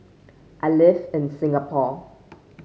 I live in Singapore